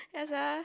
ya sia